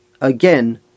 again